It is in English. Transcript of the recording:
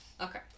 okay